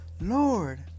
Lord